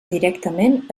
directament